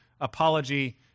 apology